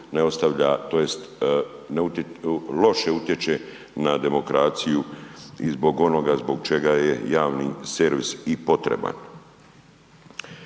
ne ostavlja tj. loše utječe na demokraciju i zbog onoga zbog čega je javni servis i potreban.